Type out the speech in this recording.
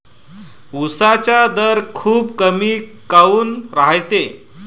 उसाचा दर खूप कमी काऊन रायते?